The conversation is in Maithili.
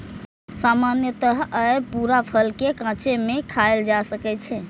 सामान्यतः अय पूरा फल कें कांचे मे खायल जा सकैए